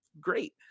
great